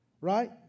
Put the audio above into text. Right